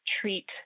treat